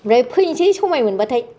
ओमफ्राय फैनोसै समाय मोनबाथाय